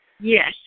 Yes